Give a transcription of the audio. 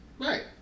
Right